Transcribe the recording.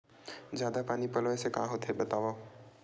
जादा पानी पलोय से का होथे बतावव?